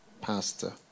pastor